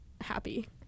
happy